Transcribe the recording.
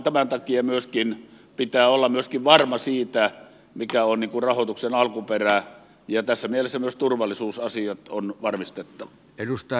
tämän takia pitää olla myöskin varma siitä mikä on rahoituksen alkuperä ja tässä mielessä myös turvallisuusasiat on varmistettava